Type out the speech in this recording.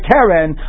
Karen